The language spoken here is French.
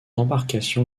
embarcation